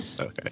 Okay